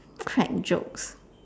crack jokes